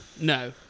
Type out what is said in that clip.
no